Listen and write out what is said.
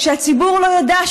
שהציבור לא ידע,